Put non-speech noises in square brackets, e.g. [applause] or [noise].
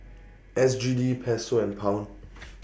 S G D Peso and Pound [noise]